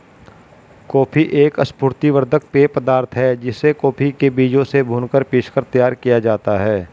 coffee एक स्फूर्ति वर्धक पेय पदार्थ है जिसे कॉफी के बीजों से भूनकर पीसकर तैयार किया जाता है